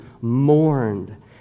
mourned